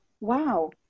wow